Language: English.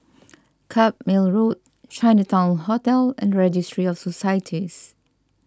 Carpmael Road Chinatown Hotel and Registry of Societies